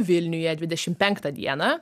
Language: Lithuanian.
vilniuje dvidešim penktą dieną